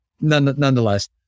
nonetheless